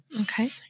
Okay